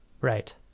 Right